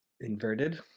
Inverted